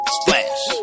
splash